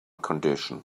condition